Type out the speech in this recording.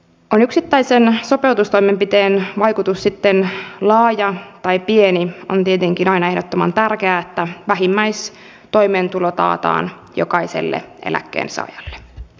olkoon yksittäisen sopeutustoimenpiteen vaikutus sitten laaja tai pieni on tietenkin aina ehdottoman tärkeää että vähimmäistoimeentulo taataan jokaiselle eläkkeensaajalle